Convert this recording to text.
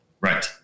right